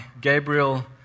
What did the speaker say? Gabriel